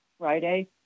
Friday